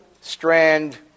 strand